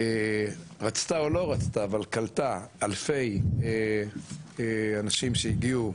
רצתה, או לא רצתה, אבל קלטה אלפי אנשים שהגיעו